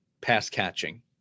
pass-catching